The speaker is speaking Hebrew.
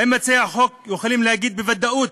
האם מציעי החוק יכולים להגיד בוודאות